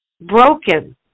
Broken